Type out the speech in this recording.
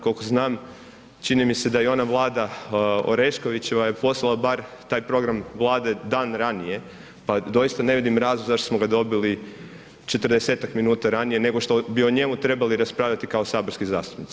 Koliko znam čini mi se da i ona vlada Oreškovićeva je poslala bar taj program vlade dan ranije pa doista ne vidim razlog zašto smo ga dobili 40-tak minuta ranije nego što bi o njemu trebali raspravljati kao saborski zastupnici.